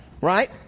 Right